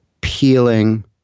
peeling